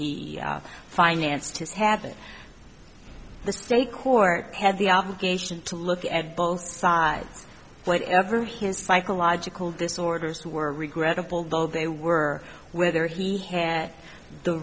he financed his habit the state court had the obligation to look at both sides but ever his psychological disorders were regrettable though they were whether he had the